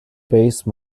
base